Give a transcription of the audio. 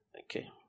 Okay